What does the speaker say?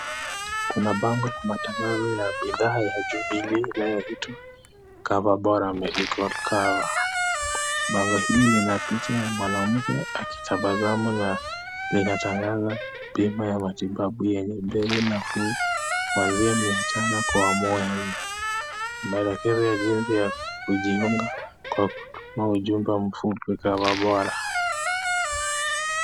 Kuna bango la matangazo ya bidhaa ya Jubilee inayoitwa Coverbora Medical Cover. Bango hili lina picha ya mwanamke akitabasamu na linatangaza bima la matibabu lenye bei nafuu kuanzia mia tano kwa mwezi. Maelekezo ya jinsi ya kujiunga kwa huduma ujumbe mfupi CoverBora.